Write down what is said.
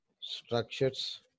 structures